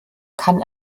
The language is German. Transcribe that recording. kann